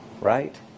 Right